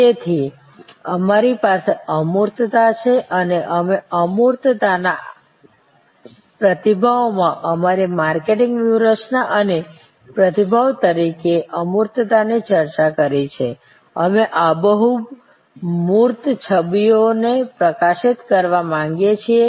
તેથી અમારી પાસે અમૂર્તતા છે અને અમે અમૂર્તતા ના પ્રતિભાવમાં અમારી માર્કેટિંગ વ્યૂહરચના અને પ્રતિભાવ તરીકે અમૂર્તતા ની ચર્ચા કરી છે અમે આબેહૂબ મૂર્ત છબીઓને પ્રકાશિત કરવા માંગીએ છીએ